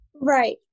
Right